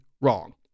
wrong